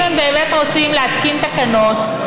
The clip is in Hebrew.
אם הם באמת רוצים להתקין תקנות,